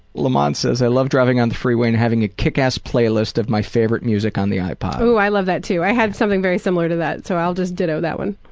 lamont says, i love driving on the freeway and having a kickass playlist of my favorite music on the ipod. ooo i love that too. i have something very similar to that so i'll just ditto that one.